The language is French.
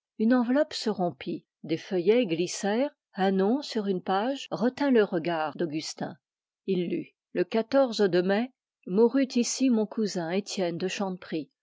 une enveloppe se rompit des feuillets glissèrent un nom sur une page retint le regard d'augustin il lut le de may mourut icy mon cousin étienne de